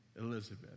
Elizabeth